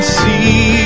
see